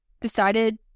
decided